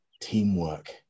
teamwork